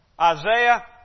Isaiah